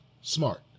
smart